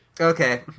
Okay